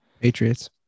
Patriots